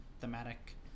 thematic